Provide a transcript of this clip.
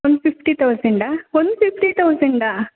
one fifty thousand one fifty thousand